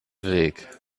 weg